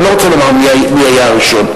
אני לא רוצה לומר מי היה הראשון,